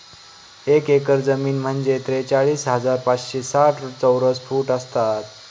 एक एकर जमीन म्हणजे त्रेचाळीस हजार पाचशे साठ चौरस फूट असतात